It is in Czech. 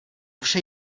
vše